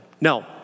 No